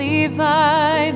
Levi